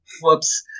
Whoops